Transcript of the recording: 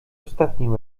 ostatnim